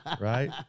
Right